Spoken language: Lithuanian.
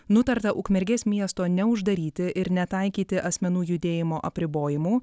nutarta ukmergės miesto neuždaryti ir netaikyti asmenų judėjimo apribojimų